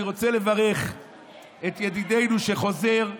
אני רוצה לברך את ידידנו שחוזר,